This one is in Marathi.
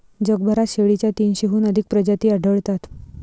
जगभरात शेळीच्या तीनशेहून अधिक प्रजाती आढळतात